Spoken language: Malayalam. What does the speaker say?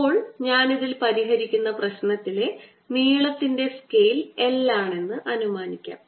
ഇപ്പോൾ ഞാൻ ഇതിൽ പരിഹരിക്കുന്ന പ്രശ്നത്തിലെ നീളത്തിൻറെ സ്കെയിൽ l ആണെന്ന് അനുമാനിക്കാം